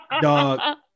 dog